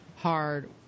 hard